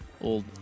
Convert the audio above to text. old